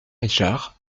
richard